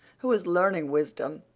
who was learning wisdom,